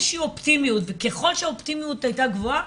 שהיא אופטימיות וככל שהאופטימיות היתה גבוהה,